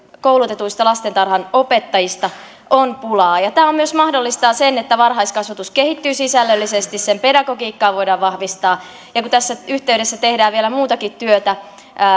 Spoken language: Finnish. koulutetuista lastentarhanopettajista on pulaa tämä myös mahdollistaa sen että varhaiskasvatus kehittyy sisällöllisesti sen pedagogiikkaa voidaan vahvistaa ja kun tässä yhteydessä tehdään vielä muutakin työtä